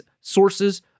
sources